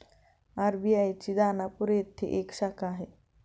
RBI ची दानापूर येथे एक शाखा आहे